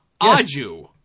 Aju